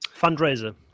Fundraiser